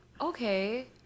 Okay